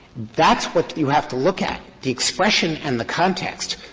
that's what you have to look at, the expression and the context.